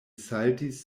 saltis